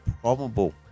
probable